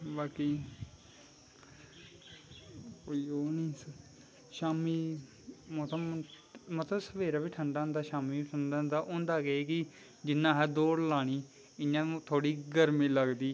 बाकी कोई ओह् नी शाम्मी मतलव सवेरै बी ठंडा होंदा शाम्मी बी ठंडा होंदा होंदा केह् कि जियां असैं दौड़ लानी इयां थोह्ड़ी गर्मी लगदी